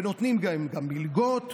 ונותנים להם גם מלגות.